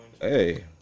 Hey